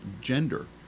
gender